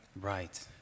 Right